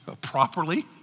properly